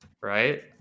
Right